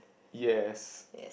yes